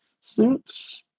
suits